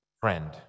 friend